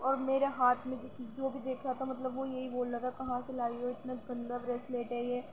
اور میرے ہاتھ میں جس جو بھی دیکھتا تھا مطلب وہ یہی بول رہا تھا کہاں سے لائی ہو اتنا گندہ بریسلیٹ ہے یہ